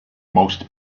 most